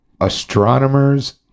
Astronomers